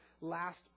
last